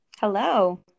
Hello